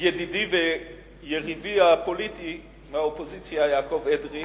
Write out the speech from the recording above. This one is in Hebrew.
ידידי ויריבי הפוליטי מהאופוזיציה יעקב אדרי,